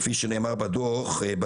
כפי שנאמר בדוח,